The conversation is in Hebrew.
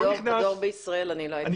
על הדואר בישראל אני לא הייתי בוניה.